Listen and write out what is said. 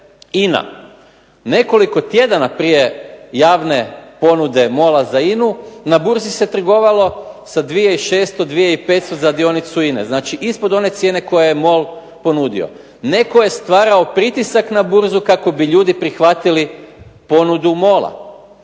INA. Nekoliko tjedana prije javne ponude MOL-a za INA-u na burzi se trgovalo sa 2600, 2500 za dionicu INA-e, znači ispod one cijene koju je MOL ponudio. Netko je stvarao pritisak na burzu kako bi prihvatili ljudi ponudu